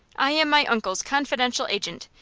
i am my uncle's confidential agent,